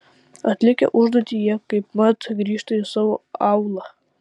atlikę užduotį jie kaipmat grįžta į savo aūlą